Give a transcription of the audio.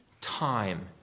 time